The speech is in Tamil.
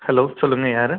ஹலோ சொல்லுங்கள் யார்